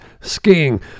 Skiing